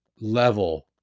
level